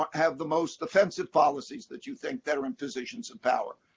have the most offensive policies that you think that are in positions of power.